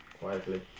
quietly